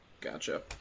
gotcha